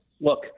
look